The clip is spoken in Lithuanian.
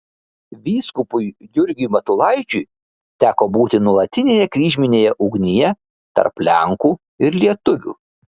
vyskupui jurgiui matulaičiui teko būti nuolatinėje kryžminėje ugnyje tarp lenkų ir lietuvių